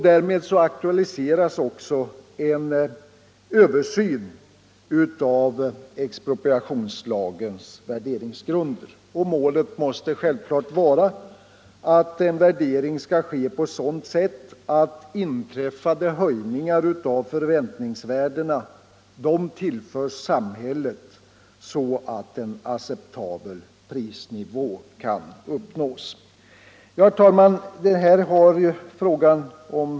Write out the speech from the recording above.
Därmed aktualiseras också en översyn av expropriationslagens värderingsgrunder. Målet måste självklart vara att värderingen skall ske på ett sådant sätt att inträffade höjningar av förväntningsvärdena tillförs samhället, så att en acceptabel prisnivå kan uppnås. Herr talman!